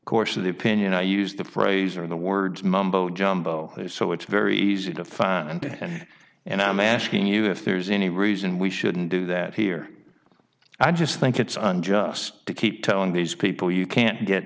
course of the opinion i used the phrase or the words mumbo jumbo so it's very easy to find and and and i'm asking you if there's any reason we shouldn't do that here i just think it's unjust to keep telling these people you can't get